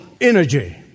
energy